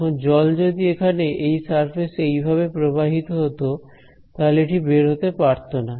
এখন জল যদি এখানে এই সারফেসে এইভাবে প্রবাহিত হতো তাহলে এটি বের হতে পারতো না